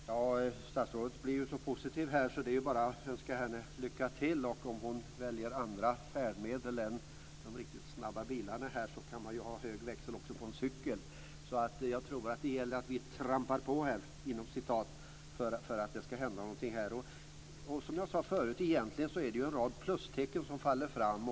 Fru talman! Statsrådet är så positiv, så det är bara att önska henne lycka till. Om hon väljer andra färdmedel än de riktigt snabba bilarna kan hon ha hög växel i också på en cykel. Det gäller att vi trampar på här om det ska hända någonting. Som jag sade tidigare är det en rad plustecken som kommer fram.